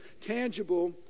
tangible